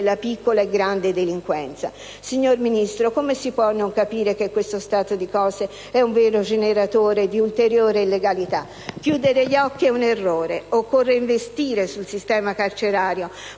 Signor Ministro, come si può non capire che questo stato di cose è un vero generatore di ulteriore illegalità? Chiudere gli occhi è un errore. Occorre investire sul sistema carcerario,